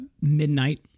midnight